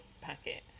packet